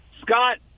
Scott